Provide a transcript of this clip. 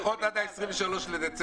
נהיה פה עד ה-23 בדצמבר.